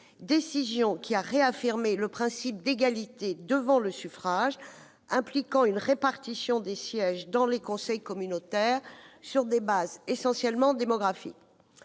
décision qui a réaffirmé le principe d'égalité devant le suffrage, impliquant une répartition des sièges dans les conseils communautaires sur des bases essentiellement démographiques,